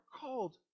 called